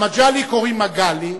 למג'לי קוראים מגלי,